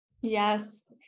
Yes